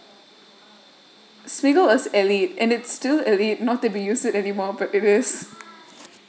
smeagol was elite and it's still elite not that we use it anymore but it is